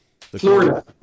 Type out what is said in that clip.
Florida